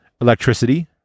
Electricity